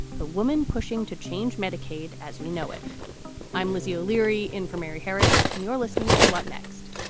the woman pushing to change medicaid as we know it i'm lizzie o'leary, infirmary harris and you're listening to what next.